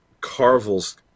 Carvel's